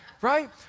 right